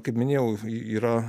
kaip minėjau yra